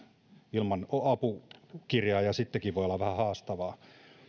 ilman apukirjaa ja sittenkin voi olla vähän haastavaa